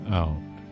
out